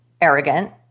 arrogant